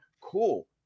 cool